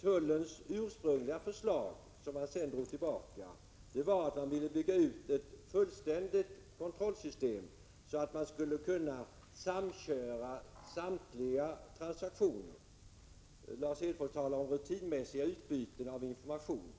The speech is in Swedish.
Tullens ursprungliga förslag, som man sedan drog tillbaka, var att bygga ut ett fullständigt kontrollsystem, så att man skulle kunna samköra samtliga transaktioner. Lars Hedfors talar om rutinmässiga utbyten av information.